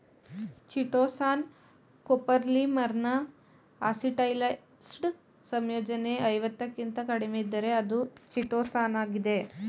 chitosan ಕೋಪೋಲಿಮರ್ನ acetylised ಸಂಯೋಜನೆ ಐವತ್ತಕ್ಕಿಂತ ಕಡಿಮೆಯಿದ್ದರೆ ಅದು ಚಿಟೋಸಾನಾಗಿದೆ